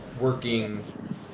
working